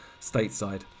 stateside